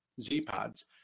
Z-PODs